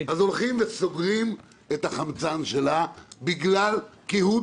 אז הולכים וסוגרים את החמצן שלה בגלל קהות